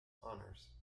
honours